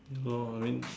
ya lor I mean